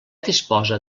disposa